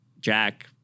Jack—